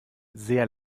sehr